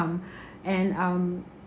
and um